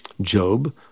Job